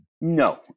No